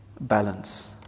balance